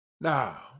now